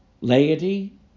Laity